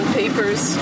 papers